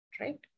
right